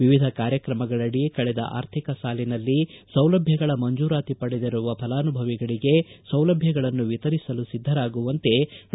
ವಿವಿಧ ಕಾರ್ಯಕ್ರಮಗಳಡಿ ಕಳೆದ ಆರ್ಥಿಕ ಸಾಲಿನಲ್ಲಿ ಸೌಲಭ್ಯಗಳ ಮಂಜೂರಾತಿ ಪಡೆದಿರುವ ಫಲಾನುಭವಿಗಳಿಗೆ ಸೌಲಭ್ಯಗಳನ್ನು ವಿತರಿಸಲು ಸಿದ್ಧರಾಗುವಂತೆ ಡಾ